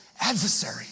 adversary